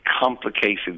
complicated